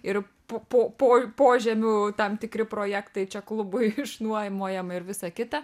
ir pu po po jų požemių tam tikri projektai čia klubui išnuojomajama ir visa kita